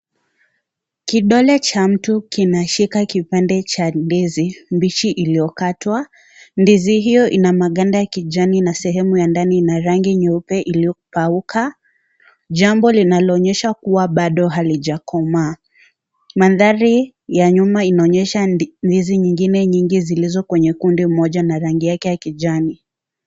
Kidole cha mtu kinashika kipande cha ndizi mbichi iliyokatwa. Ndizi hiyo ina maganda kijani na sehemu ya ndani ina rangi nyeupe iliyokauka jambo linaloonyesha kuwa bado halijakomaa. Mandhari ya nyuma inaonyesha ndizi nyingine nyingi zilizo kwenye kundi moja na rangi yake ya kijani.